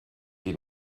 die